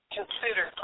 consider